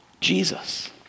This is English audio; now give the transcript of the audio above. Jesus